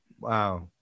Wow